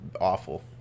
awful